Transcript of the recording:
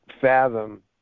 fathom